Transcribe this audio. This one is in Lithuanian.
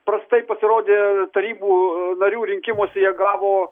prastai pasirodė tarybų narių rinkimuose jie gavo